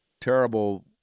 terrible